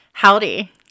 Howdy